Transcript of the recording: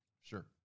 Sure